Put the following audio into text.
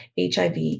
HIV